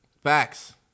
Facts